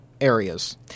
areas